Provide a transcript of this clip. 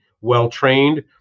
well-trained